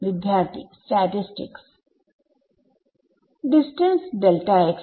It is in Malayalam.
വിദ്യാർത്ഥി സ്റ്റാറ്റിസ്റ്റിക്സ് ഡിസ്റ്റൻസ്